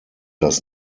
das